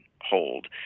hold